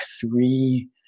three